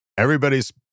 Everybody's